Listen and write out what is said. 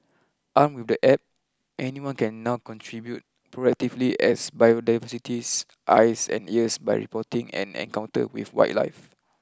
armed with the App anyone can now contribute proactively as biodiversity's eyes and ears by reporting an encounter with wildlife